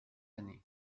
années